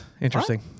interesting